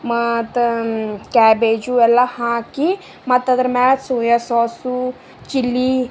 ಮತ್ತು ಕ್ಯಾಬೇಜು ಎಲ್ಲ ಹಾಕಿ ಮತ್ತು ಅದರ ಮ್ಯಾಲ ಸೋಯಾ ಸಾಸು ಚಿಲ್ಲಿ